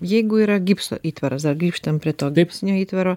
jeigu yra gipso įtvaras dar grįžtam prie to gipsinio įtvaro